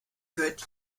wird